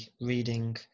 reading